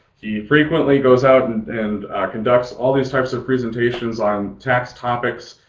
he frequently goes out and and conducts all these types of presentations on tax topics.